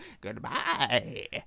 goodbye